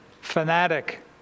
Fanatic